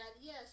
yes